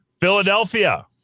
Philadelphia